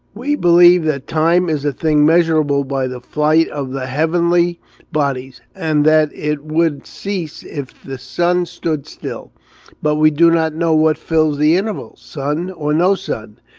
we believe that time is a thing measurable by the flight of the heavenly bodies, and that it would cease if the sun stood still but we do not know what fills the interval, sun or no sun,